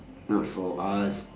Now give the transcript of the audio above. not for us